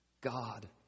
God